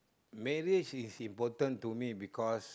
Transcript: maybe it's important to me because